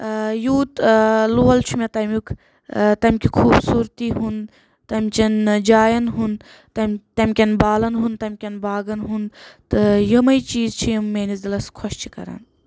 یوٗت لوٗل چھُ مےٚ تمیُک تمہٕ کہِ خوبصورتی ہُنٛد تمہِ چٮ۪ن جایِن ہُنٛد تمہِ تمہِ کٮ۪ن بالَن ہُنٛد تمہِ کٮ۪ن باغن ہُنٛد تہِ یمے چیٖز چھِ یم میٲنس دِلس خۄش چھِ کران